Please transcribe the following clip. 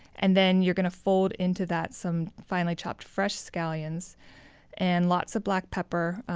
and then you're going to fold into that some finely chopped fresh scallions and lots of black pepper,